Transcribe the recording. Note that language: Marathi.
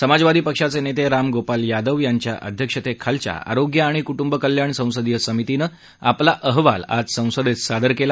समाजवादी पक्षाचे नेते राम गोपाल यादव यांच्या अध्यक्षतेखालच्या आरोग्य आणि कुटुंबकल्याण संसदीय समितीनं आपला अहवाल आज संसदेत सादर केला